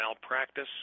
Malpractice